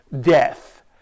death